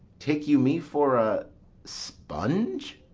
take you me for a sponge,